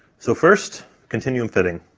so first, continuum fitting.